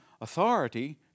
authority